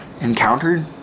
encountered